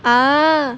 ah